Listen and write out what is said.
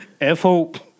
F-Hope